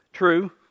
true